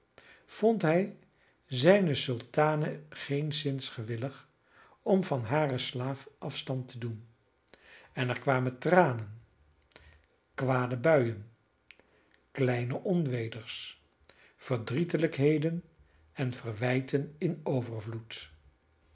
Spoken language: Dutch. vond hij zijne sultane geenszins gewillig om van haren slaaf afstand te doen en er kwamen tranen kwade buien kleine onweders verdrietelijkheden en verwijten in overvloed